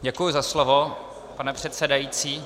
Děkuji za slovo, pane předsedající.